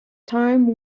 time